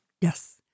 Yes